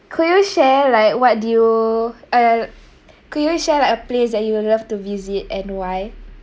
could you share like what do you uh could you share like a place that you would love to visit and why